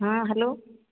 ହଁ ହେଲୋ